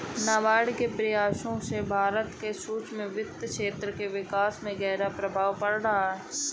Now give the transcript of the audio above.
नाबार्ड के प्रयासों का भारत के सूक्ष्म वित्त क्षेत्र के विकास पर गहरा प्रभाव रहा है